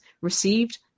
received